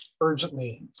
urgently